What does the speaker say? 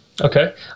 Okay